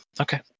Okay